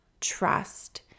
trust